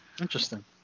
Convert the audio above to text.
Interesting